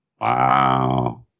Wow